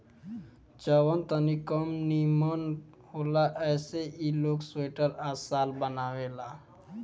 जवन तनी कम निमन होला ऐसे ई लोग स्वेटर आ शाल बनावेला